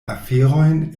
aferojn